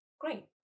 Great